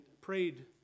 prayed